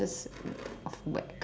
off